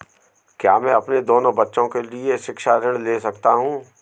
क्या मैं अपने दोनों बच्चों के लिए शिक्षा ऋण ले सकता हूँ?